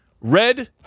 red